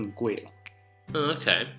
Okay